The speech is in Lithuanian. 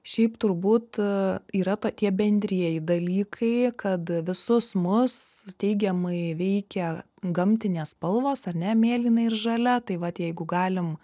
šiaip turbūt yra tokie bendrieji dalykai kad visus mus teigiamai veikia gamtinės spalvos ar ne mėlyna ir žalia tai vat jeigu galim